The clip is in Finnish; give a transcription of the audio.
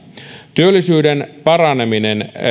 työllisyyden paraneminen